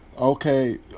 okay